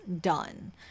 done